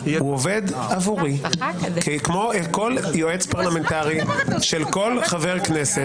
הוא עובד עבורי כמו כל יועץ פרלמנטרי של כל חבר כנסת.